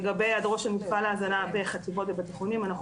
לגבי היעדרו של מפעל ההזנה בחטיבות ובתיכונים אנחנו